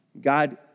God